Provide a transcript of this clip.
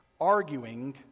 arguing